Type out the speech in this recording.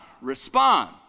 Respond